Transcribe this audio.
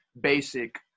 basic